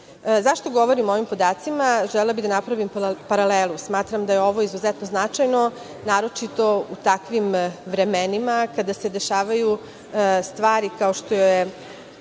govorim o ovom podacima? Želela bih da napravim paralelu. Smatram da je ovo izuzetno značajno, naročito u takvim vremenima kada se dešavaju stvari kao što je